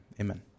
Amen